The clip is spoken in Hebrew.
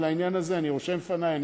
בעניין המע"מ על בסיס מזומן,